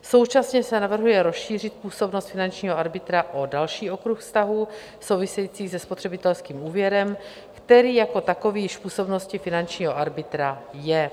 Současně se navrhuje rozšířit působnost finančního arbitra o další okruh vztahů souvisejících se spotřebitelským úvěrem, který jako takový již v působnosti finančního arbitra je.